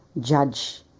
judge